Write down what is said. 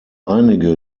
einige